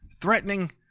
threatening